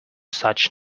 such